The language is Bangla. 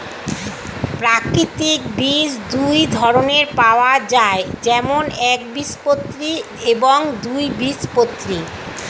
প্রাকৃতিক বীজ দুই ধরনের পাওয়া যায়, যেমন একবীজপত্রী এবং দুই বীজপত্রী